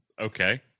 Okay